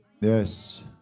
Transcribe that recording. Yes